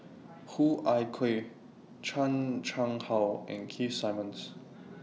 Hoo Ah Kay Chan Chang How and Keith Simmons